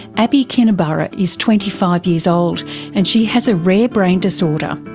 abbie kinniburgh is twenty five years old and she has a rare brain disorder,